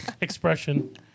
expression